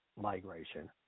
migration